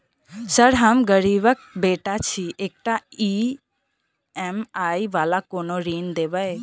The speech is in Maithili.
सर हम गरीबक बेटा छी एकटा ई.एम.आई वला कोनो ऋण देबै?